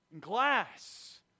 glass